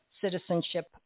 citizenship